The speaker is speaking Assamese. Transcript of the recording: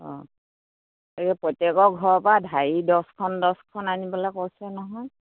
অঁ এই প্ৰত্যেকৰ ঘৰৰ পৰা ঢাৰি দছখন দছখন আনিবলে কৈছে নহয়